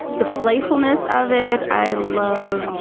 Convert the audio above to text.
the playfulness of it i love this.